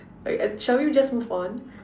right shall we just move on